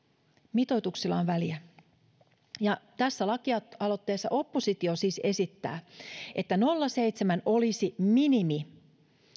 mitoituksilla on väliä tässä lakialoitteessa oppositio siis esittää että nolla pilkku seitsemän olisi minimi